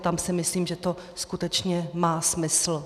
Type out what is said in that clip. Tam si myslím, že to skutečně má smysl.